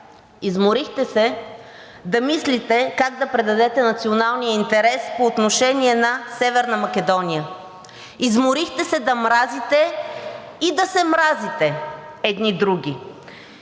Изморихте се да мислите как да предадете националния интерес по отношение на Северна Македония. Изморихте се да мразите и да се мразите едни други.